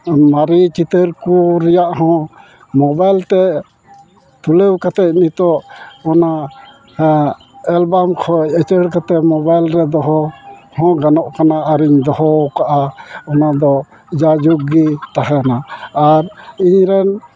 ᱢᱟᱨᱮ ᱪᱤᱛᱟᱹᱨ ᱠᱚ ᱨᱮᱭᱟᱜ ᱦᱚᱸ ᱢᱳᱵᱟᱭᱤᱞᱛᱮ ᱛᱩᱞᱟᱹᱣ ᱠᱟᱛᱮᱫ ᱱᱤᱛᱳᱜ ᱚᱱᱟ ᱮᱞᱵᱟᱢ ᱠᱷᱚᱡ ᱩᱪᱟᱹᱲ ᱠᱟᱛᱮᱫ ᱢᱳᱦᱵᱟᱭᱤᱞ ᱨᱮ ᱫᱚᱦᱚ ᱦᱚᱸ ᱜᱟᱱᱚᱜ ᱠᱟᱱᱟ ᱟᱨᱤᱧ ᱫᱚᱦᱚᱣᱟᱠᱟᱜᱼᱟ ᱚᱱᱟᱫᱚ ᱡᱟᱭᱡᱩᱜᱽ ᱜᱮ ᱛᱟᱦᱮᱱᱟ ᱟᱨ ᱤᱧᱨᱮᱱ